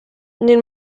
nel